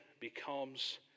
becomes